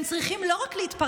הם צריכים לא רק להתפרנס,